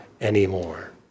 anymore